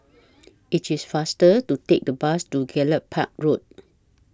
IT IS faster to Take The Bus to Gallop Park Road